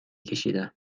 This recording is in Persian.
کشیدم